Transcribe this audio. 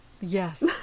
Yes